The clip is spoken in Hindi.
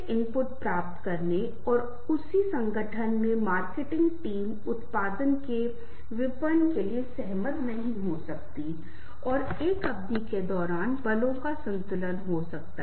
यह मेरे व्यवहार मेरे चरित्र जिस तरह से मैं दूसरों के साथ मेरे संचार व्यवहार के साथ बात करता हूं को ढालता है